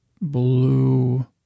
Blue